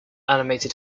animated